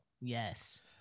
Yes